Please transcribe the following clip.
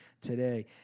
today